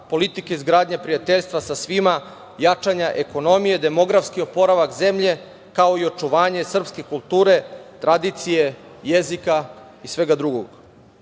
politike izgradnje prijateljstva sa svima, jačanja ekonomije, demografski oporavak zemlje, kao i očuvanje srpske kulture, tradicije, jezika i svega